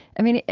i mean,